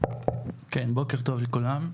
בוקר טוב לכולם.